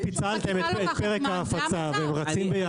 אבל אם פיצלתם את פרק ההפצה ואתם רצים ביחד,